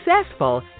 successful